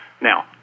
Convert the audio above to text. Now